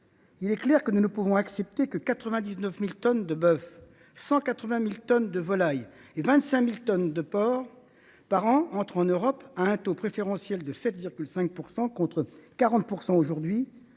pouvons clairement pas accepter que 99 000 tonnes de bœufs, 180 000 tonnes de volailles et 25 000 tonnes de porcs par an entrent en Europe à un taux préférentiel de 7,5 %, contre 40 % aujourd’hui,